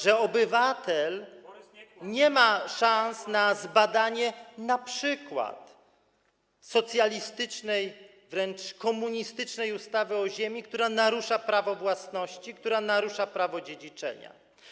że obywatel nie ma szans na zbadanie np. socjalistycznej, wręcz komunistycznej ustawy o ziemi, która narusza prawo własności, która narusza prawo dziedziczenia.